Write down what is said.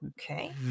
Okay